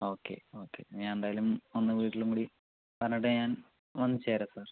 okay okay ഞാൻ എന്തായാലും ഒന്ന് വിട്ടീലും കൂടി പറഞ്ഞിട്ട് ഞാൻ വന്നു ചേരാം സാർ